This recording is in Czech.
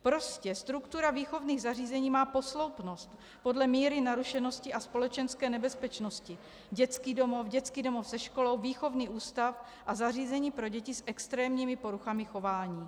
Prostě struktura výchovných zařízení má posloupnost podle míry narušenosti a společenské nebezpečnosti: dětský domov, dětský domov se školou, výchovný ústav a zařízení pro děti s extrémními poruchami chování.